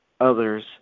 others